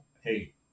Hey